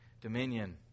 dominion